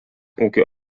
ūkio